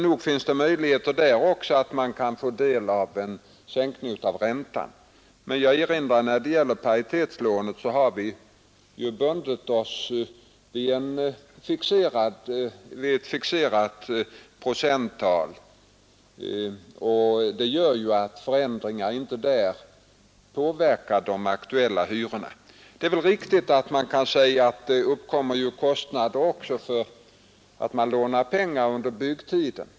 Nog finns det möjligheter där också att få del av en sänkning av räntan. Jag erinrar dock om att när det gäller paritetslånen har vi bundit oss vid ett fixerat procenttal. Det gör ju att förändringar inte där påverkar de aktuella hyrorna. Det är väl riktigt att def" uppkommer kostnader också därför att man lånar pengar under byggtiden.